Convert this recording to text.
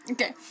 Okay